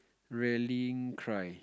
really cry